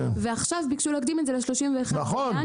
עכשיו מבקשים להקדים ל-31.1.